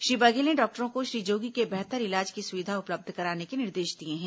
श्री बघेल ने डॉक्टरों को श्री जोगी के बेहतर इलाज की सुविधा उपलब्ध कराने के निर्देश दिए हैं